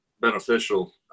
beneficial